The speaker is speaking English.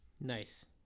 Nice